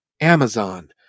amazon